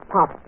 Pop